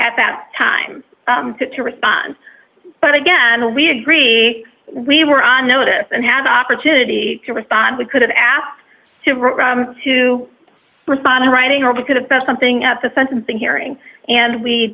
at that time to respond but again we agree we were on notice and have the opportunity to respond we could have asked to respond in writing or we could have brought something at the sentencing hearing and we